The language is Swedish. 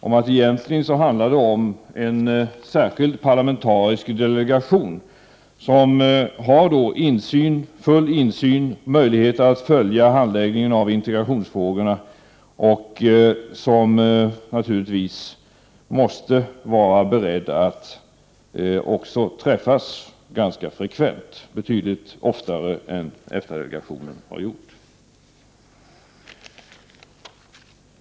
Det behövs egentligen en särskild parlamentarisk delegation, som har full insyn i och möjligheter att följa handläggningen av integrationsfrågorna och som naturligtvis är beredd att också träffas ganska frekvent, betydligt oftare än EFTA-delegationen gjort.